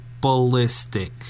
ballistic